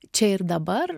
čia ir dabar